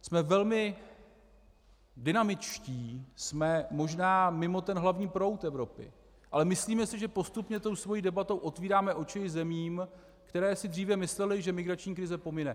Jsme velmi dynamičtí, jsme možná mimo ten hlavní proud Evropy, ale myslíme si, že postupně tou svojí debatou otevíráme oči zemím, které si dříve myslely, že migrační krize pomine.